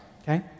okay